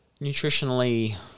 nutritionally